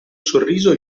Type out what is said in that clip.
sorriso